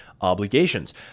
obligations